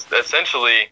essentially